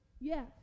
Yes